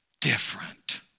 different